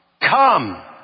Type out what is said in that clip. come